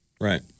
Right